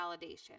validation